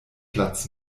platz